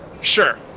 Sure